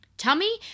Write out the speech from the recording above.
tummy